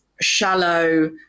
shallow